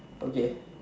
okay